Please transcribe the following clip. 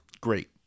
great